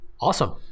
Awesome